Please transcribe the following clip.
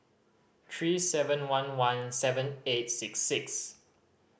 three seven one one seven eight six six